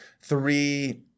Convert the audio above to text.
three